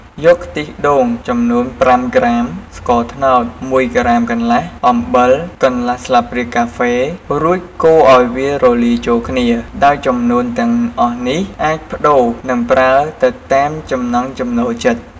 យកខ្ទិះដូង ចំនួន៥ក្រាម ស្ករត្នោត១ក្រាមកន្លះ អំបិលកន្លះស្លាបព្រាកាហ្វេ រួចកូរឱ្យវារលាយចូលគ្នា ដោយចំនួនទាំងអស់នេះអាចប្ដូរនិងប្រើទៅតាមចំណង់ចំណូលចិត្ត។